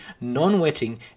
non-wetting